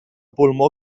pulmó